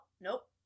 nope